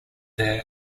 their